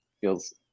feels